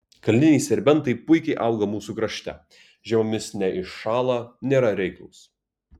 kalniniai serbentai puikiai auga mūsų krašte žiemomis neiššąla nėra reiklūs